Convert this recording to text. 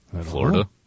Florida